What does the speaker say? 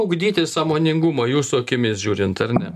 ugdyti sąmoningumą jūsų akimis žiūrint ar ne